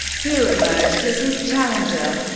who emerged as his challenger.